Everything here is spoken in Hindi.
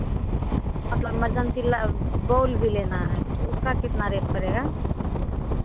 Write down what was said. मतलब इमरजेंसी बॉल भी लेना है तो उसका कितना रेट पड़ेगा